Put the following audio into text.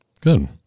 Good